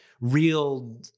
real